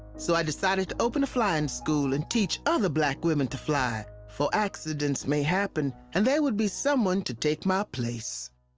so i decided to open a flying and school and teach other black women to fly. for accidents may happen, and they would be someone to take my place.